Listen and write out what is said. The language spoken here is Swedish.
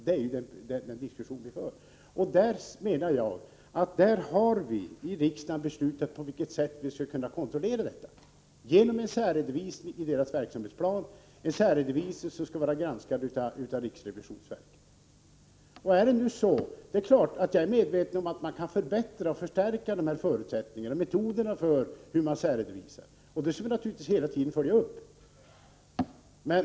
I riksdagen har vi ju beslutat på vilket sätt man skall kunna kontrollera detta: genom en särredovisning i verksamhetsplanen, en särredovisning som skall granskas av riksrevisionsverket. Det är klart att jag är medveten om att man kan förbättra metoderna för särredovisningen, och naturligtvis skall vi hela tiden följa verksamheten.